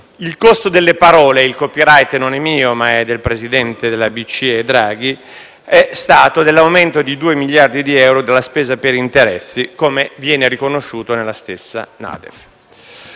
il costo delle parole - il *copyright* non è mio, ma è del presidente della BCE Draghi - è stato pari all'aumento di 2 miliardi di euro della spesa per interessi, come viene riconosciuto nella stessa NADEF.